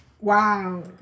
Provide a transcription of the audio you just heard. Wow